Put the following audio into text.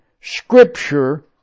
Scripture